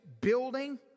building